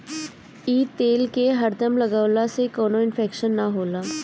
इ तेल के हरदम लगवला से कवनो इन्फेक्शन ना होला